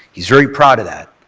he very proud of that.